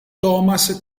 thomas